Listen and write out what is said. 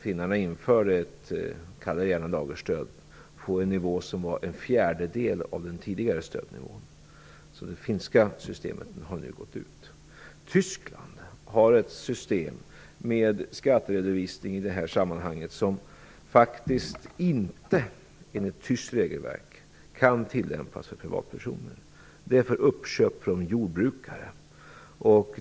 Finnarna införde något som kan kallas ett lagerstöd och som motsvarade en fjärdedel av det tidigare stödet. Det finska systemet är alltså inte längre aktuellt. Det system för skatteredovisning som finns i Tyskland kan faktiskt inte enligt det tyska regelverket tillämpas för privatpersoner. Systemet avser uppköp från jordbrukare.